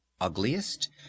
ugliest